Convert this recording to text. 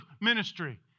ministry